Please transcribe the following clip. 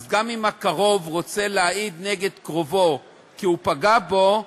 שגם אם הקרוב רוצה להעיד נגד קרובו כי הוא פגע בו,